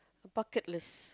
bucket list